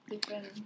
Different